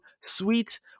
sweet